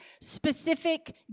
specific